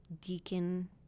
deacon